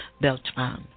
Beltran